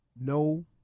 No